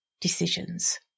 decisions